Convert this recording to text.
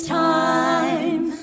time